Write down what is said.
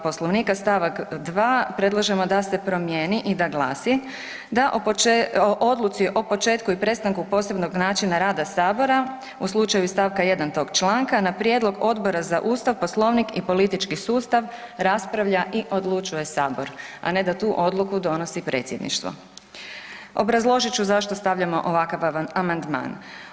Poslovnika st. 2. predlažemo da se promijeni i da glasi: „Odluci o početku i prestanku posebnog načina rada sabora u slučaju iz st. 1. tog članka na prijedlog Odbora za Ustav, Poslovnik i politički sustav raspravlja i odlučuje sabor, a ne da tu odluku donosi predsjedništvo.“ Obrazložit ću zašto stavljamo ovakav amandman.